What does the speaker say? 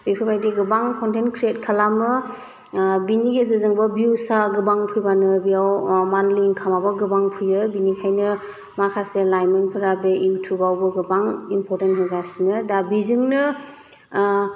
बेफोरबादि गोबां content create खालामो बेनि गेजेरजोंबो भिउसआ गोबां फैबानो बेयाव मान्थलि इनकामाबो गोबां फैयो बेनिखायनो माखासे लाइमोनफोरा बे इउटुबावबो गोबां इम्परटेन्ट होगासिनो दा बिजोंनो